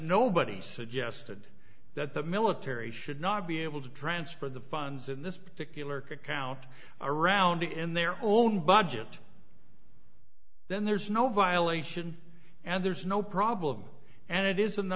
nobody suggested that the military should not be able to transfer the funds in this particular account around in their own budget then there's no violation and there's no problem and it is